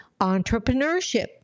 entrepreneurship